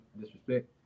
disrespect